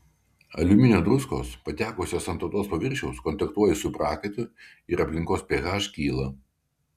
aliuminio druskos patekusios ant odos paviršiaus kontaktuoja su prakaitu ir aplinkos ph kyla